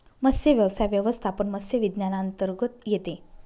मत्स्यव्यवसाय व्यवस्थापन मत्स्य विज्ञानांतर्गत येते